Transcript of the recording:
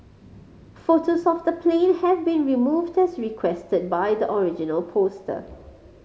photos of the plane have been removed as requested by the original poster